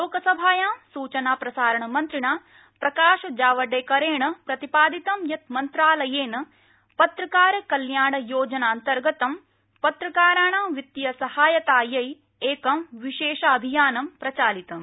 लोकसभायां सूचना प्रसारण मन्त्रिणा प्रकाश जावड़ेकरेण प्रतिपादितं यत् मन्त्रालयेन पत्रकार कल्याण योजनान्तर्गतं पत्रकाराणां वित्तीय सहायतायै एकं विशेषाभियानं प्रचालितम्